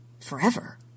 forever